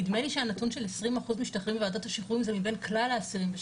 נדמה לי שהנתון של 20% משתחררים בוועדת שחרורים זה מבין כלל האסירים,